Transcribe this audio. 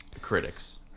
critics